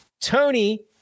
Tony